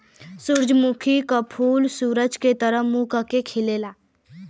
सूरजमुखी क फूल सूरज के तरफ मुंह करके खिलला